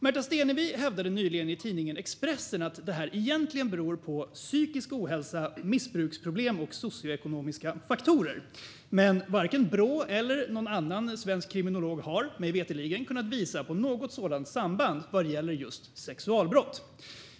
Märta Stenevi hävdade nyligen i tidningen Expressen att det här egentligen beror på psykisk ohälsa, missbruksproblem och socioekonomiska faktorer, men varken Brå eller någon svensk kriminolog har mig veterligen kunnat påvisa något sådant samband när det just gäller sexualbrott.